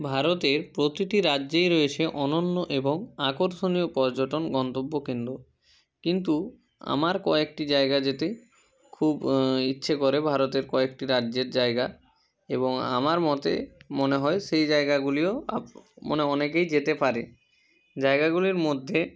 ভারতের প্রতিটি রাজ্যেই রয়েছে অনন্য এবং আকর্ষণীয় পর্যটন গন্তব্য কেন্দ্র কিন্তু আমার কয়েকটি জায়গা যেতে খুব ইচ্ছে করে ভারতের কয়েকটি রাজ্যের জায়গা এবং আমার মতে মনে হয় সেই জায়গাগুলিও আপ মানে অনেকেই যেতে পারে জায়গাগুলির মধ্যে